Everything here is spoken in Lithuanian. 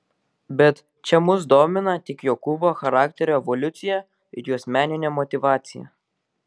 bet čia mus domina tik jokūbo charakterio evoliucija ir jos meninė motyvacija